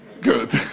Good